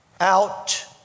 out